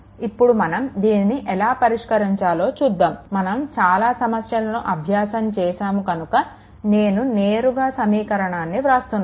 ఇప్పుడు మనం దీనిని ఎలా పరిష్కరించాలో చూద్దాము మనం చాలా సమస్యలను అభ్యాసం చేశాము కనుక నేను నేరుగా సమీకరణాన్ని వ్రాస్తున్నాను